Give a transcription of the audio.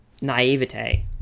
naivete